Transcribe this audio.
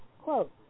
quote